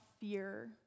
fear